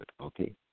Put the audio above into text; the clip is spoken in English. okay